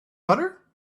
butter